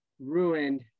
ruined